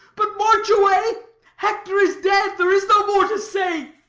but, march away hector is dead there is no more to say.